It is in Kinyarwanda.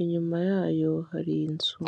inyuma yayo hari inzu.